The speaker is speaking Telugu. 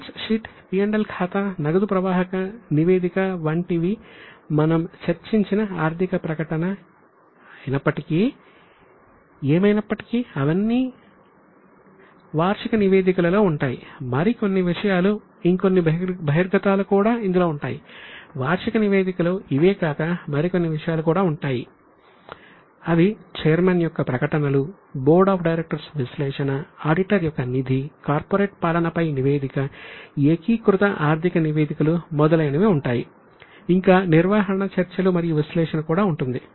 బ్యాలెన్స్ షీట్ మొదలైనవి ఉంటాయి ఇంకా నిర్వహణ చర్చలు మరియు విశ్లేషణ కూడా ఉంటుంది